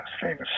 famous